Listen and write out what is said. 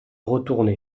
retournée